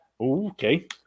Okay